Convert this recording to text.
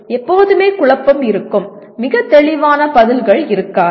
எப்போதுமே குழப்பம் இருக்கும் மிக தெளிவான பதில்கள் இருக்காது